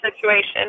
situation